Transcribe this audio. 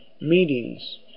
meetings